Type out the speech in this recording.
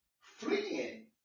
fleeing